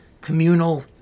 communal